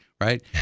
right